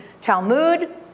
Talmud